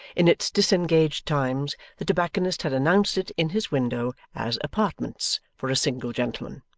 in its disengaged times, the tobacconist had announced it in his window as apartments for a single gentleman,